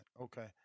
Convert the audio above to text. Okay